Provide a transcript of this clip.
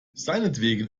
seinetwegen